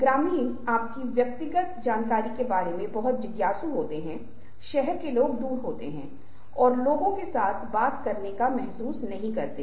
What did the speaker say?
यहां तक कि भारतीय संस्कृति में भी अलग अलग समुदाय हैं जो अलग अलग तरीकों से बातचीत करते हैं